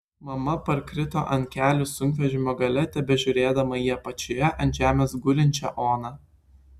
mama parkrito ant kelių sunkvežimio gale tebežiūrėdama į apačioje ant žemės gulinčią oną